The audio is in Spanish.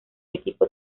equipo